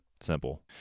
simple